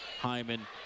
Hyman